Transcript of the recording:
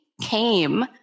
came